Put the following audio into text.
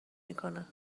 میکنه